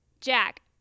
Jack